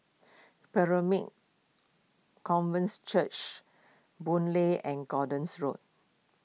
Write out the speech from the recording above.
Covenance Church Boon Lay and Gordons Road